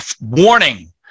warning